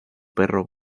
perro